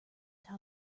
top